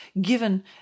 given